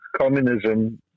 communism